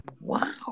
wow